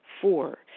Four